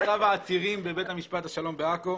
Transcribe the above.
והטיול היה לראות את מצב העצירים בבית משפט השלום בעכו.